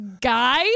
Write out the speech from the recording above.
guy